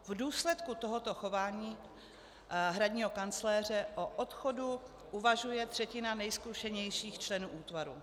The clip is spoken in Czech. V důsledku tohoto chování hradního kancléře o odchodu uvažuje třetina nejzkušenějších členů útvaru.